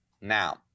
Now